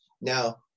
now